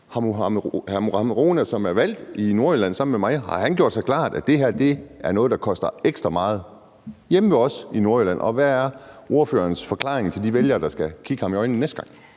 hr. Mohammad Rona, som er valgt i Nordjylland sammen med mig, så gjort sig klart, at det her er noget, der koster ekstra meget hjemme ved os i Nordjylland? Og hvad er ordførerens forklaring til de vælgere, som han næste gang